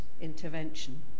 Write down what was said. intervention